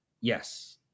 Yes